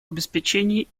обеспечении